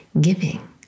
giving